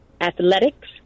athletics